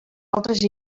altres